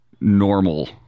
normal